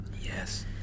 Yes